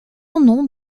nom